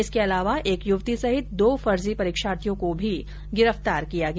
इनके अलावा एक युवती सहित दो फर्जी परीक्षार्थियों को भी गिरफ्तार किया गया